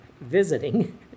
visiting